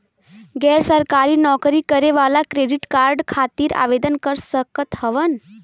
गैर सरकारी नौकरी करें वाला क्रेडिट कार्ड खातिर आवेदन कर सकत हवन?